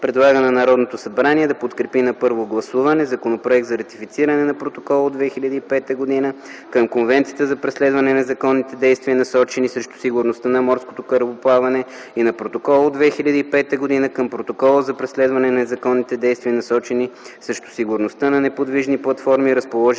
предлага на Народното събрание да подкрепи на първо гласуване Законопроект за ратифициране на Протокола от 2005 г. към Конвенцията за преследване на незаконните действия, насочени срещу сигурността на морското корабоплаване и на Протокола от 2005 г. към Протокола за преследване на незаконните действия, насочени срещу сигурността на неподвижни платформи,